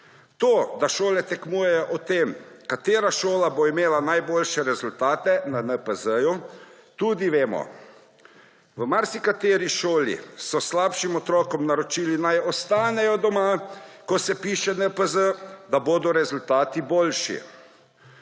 To, da šole tekmujejo o tem, katera šola bo imela najboljše rezultate na NPZ, tudi vemo. V marsikateri šoli so slabšim otrokom naročili, naj ostanejo doma, ko se piše NPZ, da bodo rezultati boljši.